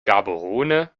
gaborone